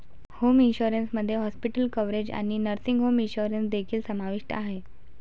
home insurance मध्ये hospital coverage आणि nursing home insurance देखील समाविष्ट आहे